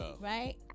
Right